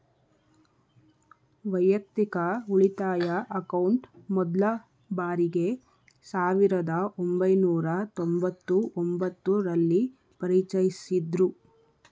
ವೈಯಕ್ತಿಕ ಉಳಿತಾಯ ಅಕೌಂಟ್ ಮೊದ್ಲ ಬಾರಿಗೆ ಸಾವಿರದ ಒಂಬೈನೂರ ತೊಂಬತ್ತು ಒಂಬತ್ತು ರಲ್ಲಿ ಪರಿಚಯಿಸಿದ್ದ್ರು